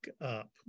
up